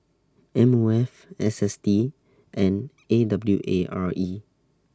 M O F S S T and A W A R E